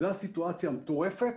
זו הסיטואציה המטורפת.